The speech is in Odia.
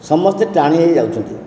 ସମସ୍ତେ ଟାଣି ହୋଇ ଯାଉଛନ୍ତି